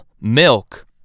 milk